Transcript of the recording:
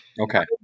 Okay